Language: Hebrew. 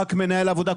רק מנהל עבודה,